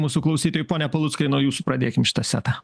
mūsų klausytojui pone paluckai nuo jūsų pradėkim šitą setą